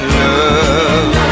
love